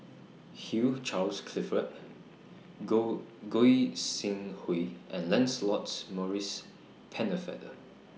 Hugh Charles Clifford Go Goi Seng Hui and Lancelot Maurice Pennefather